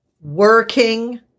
working